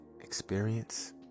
experience